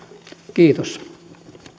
kiitos